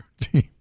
team